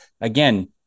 again